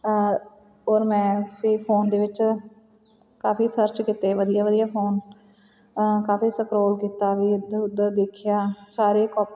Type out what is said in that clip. ਔਰ ਮੈਂ ਫਿਰ ਫੋਨ ਦੇ ਵਿੱਚ ਕਾਫੀ ਸਰਚ ਕੀਤੇ ਵਧੀਆ ਵਧੀਆ ਫੋਨ ਕਾਫੀ ਸਕਰੋਲ ਕੀਤਾ ਵੀ ਇੱਧਰ ਉੱਧਰ ਦੇਖਿਆ ਸਾਰੇ ਕੋਪ